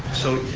so,